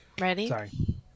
Ready